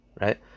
right